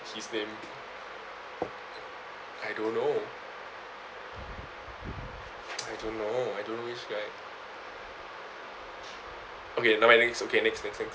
his name I don't know I don't know I don't which guy okay never mind next okay next next next